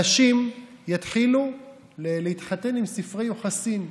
אנשים יתחילו להתחתן עם ספרי יוחסין.